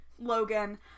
Logan